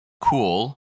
cool